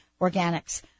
Organics